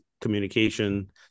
communication